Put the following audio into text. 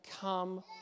come